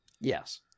Yes